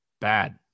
bad